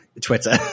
Twitter